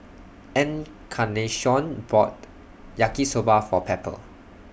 Encarnacion bought Yaki Soba For Pepper